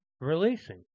releasing